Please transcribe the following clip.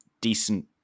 decent